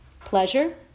pleasure